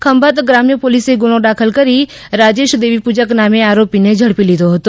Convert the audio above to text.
ખંભાત ગ્રામ્ય પોલીસે ગુનો દાખલ કરી રાજેશ દેવીપૂજક નામે આરોપી ને ઝડપી લીધો હતો